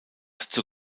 zur